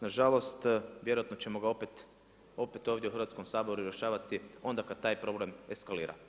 Nažalost vjerojatno ćemo ga opet ovdje u Hrvatskom saboru rješavati onda kada taj problem eskalira.